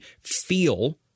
feel